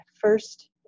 First